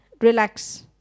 Relax